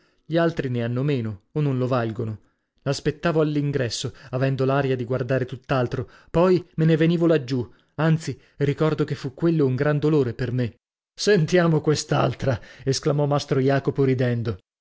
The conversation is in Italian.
gli altri ne hanno meno o non lo valgono l'aspettavo all'ingresso avendo l'aria di guardare tutt'altro poi me ne venivo laggiù anzi ricordo che fu quello un gran dolore per me sentiamo quest'altra esclamò mastro jacopo ridendo